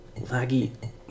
Laggy